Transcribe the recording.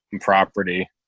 property